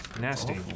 Nasty